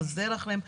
לחזר אחריהם,